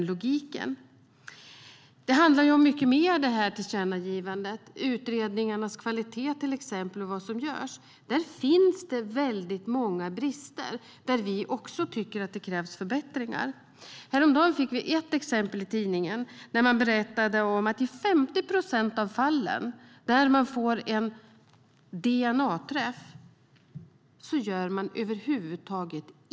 Tillkännagivandet handlar om mycket mer, till exempel utredningarnas kvalitet och vad som görs. Det finns väldigt många brister, för vilka vi också tycker att det krävs förbättringar. Häromdagen fick vi se ett exempel i tidningen. Det berättades att i 50 procent av fallen där man får en DNA-träff gör man ingenting över huvud taget.